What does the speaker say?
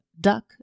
Duck